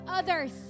others